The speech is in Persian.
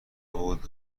بود